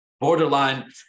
borderline